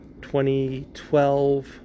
2012